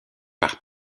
par